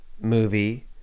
movie